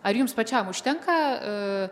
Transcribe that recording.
ar jums pačiam užtenka